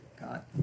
God